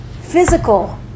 physical